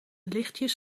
lichtjes